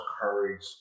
courage